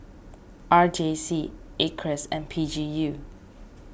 R J C Acres and P G U